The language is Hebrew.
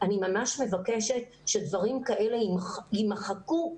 אני ממש מבקשת שדברים כאלה יימחקו,